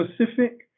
specific